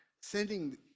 sending